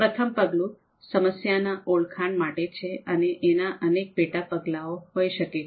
પ્રથમ પગલું સમસ્યા ના ઓળખણ માટે છે અને એના અનેક પેટા પગલાઓ હોઈ શકે છે